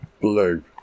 blue